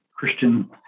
christian